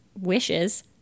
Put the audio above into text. Wishes